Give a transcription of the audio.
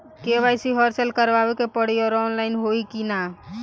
KYC हर साल करवावे के पड़ी और ऑनलाइन होई की ना?